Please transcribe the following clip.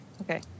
Okay